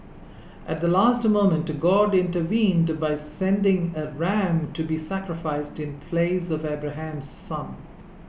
at the last moment God intervened by sending a ram to be sacrificed in place of Abraham's son